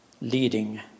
leading